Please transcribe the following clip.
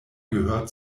gehört